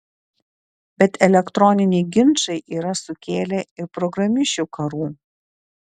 bet elektroniniai ginčai yra sukėlę ir programišių karų